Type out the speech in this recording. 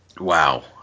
wow